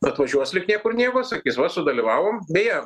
atvažiuos lyg niekur nieko sakys va sudalyvavom beje